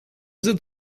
sind